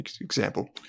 example